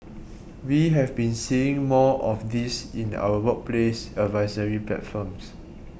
we have been seeing more of this in our workplace advisory platforms